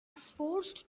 forced